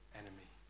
enemy